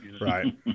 Right